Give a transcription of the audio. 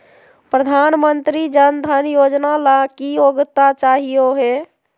प्रधानमंत्री जन धन योजना ला की योग्यता चाहियो हे?